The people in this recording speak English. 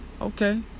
Okay